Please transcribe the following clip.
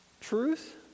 Truth